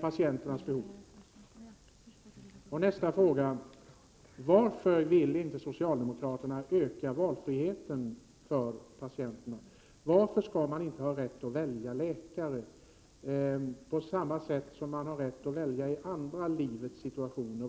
patienternas behov? Varför vill inte socialdemokraterna öka valfriheten för patienterna? Varför skall man inte ha rätt att välja läkare på samma sätt som man har rätt att välja i andra livets situationer?